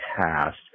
past